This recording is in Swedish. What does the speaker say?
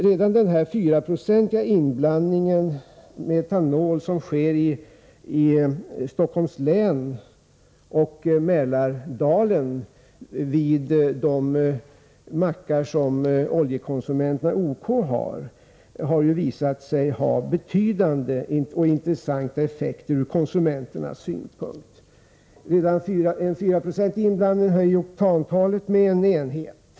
Redan den 4-procentiga inblandningen av etanol som sker i Stockholms län och i Mälardalen vid de bensinstationer som OK äger, har visat sig ha betydande och intressanta effekter för konsumenternas del. Redan en 4-procentig inblandning har höjt oktantalet med en enhet.